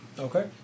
Okay